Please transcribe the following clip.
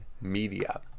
Media